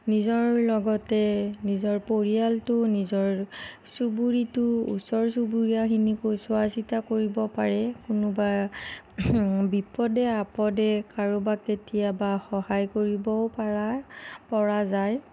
নিজৰ লগতে নিজৰ পৰিয়ালটো নিজৰ চুবুৰীটো ওচৰ চুবুৰীয়াখিনিকো চোৱা চিতা কৰিব পাৰি কোনোবা বিপদে আপদে কাৰোবাক কেতিয়াবা সহায় কৰিবও পৰা পৰা যায়